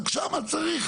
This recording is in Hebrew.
שם צריך,